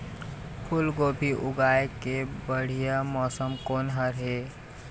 फूलगोभी उगाए के बढ़िया मौसम कोन हर ये?